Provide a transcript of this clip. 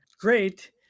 great